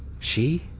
she?